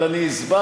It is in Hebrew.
אבל אני הסברתי,